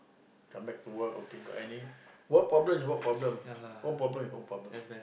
come back to work got any work problems is work problem work problem is work problem